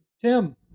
Tim